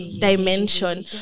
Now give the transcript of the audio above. dimension